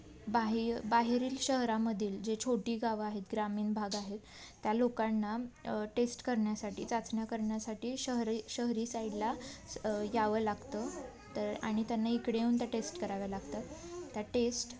हे बाह्य बाहेरील शहरांमधील जे छोटी गावं आहेत ग्रामीण भाग आहेत त्या लोकांना टेस्ट करण्यासाठी चाचण्या करण्यासाठी शहर शहरी साईडला यावं लागतं तर आणि त्यांना इकडे येऊन त्या टेस्ट कराव्या लागतात त्या टेस्ट